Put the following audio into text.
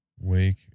Wake